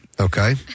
Okay